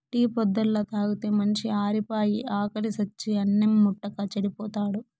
tea పొద్దల్లా తాగితే మనిషి ఆరిపాయి, ఆకిలి సచ్చి అన్నిం ముట్టక చెడిపోతాడు